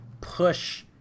push